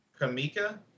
Kamika